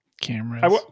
Cameras